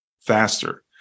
faster